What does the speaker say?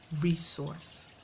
Resource